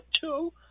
two